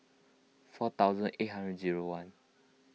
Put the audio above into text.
four thousand eight hundred zero one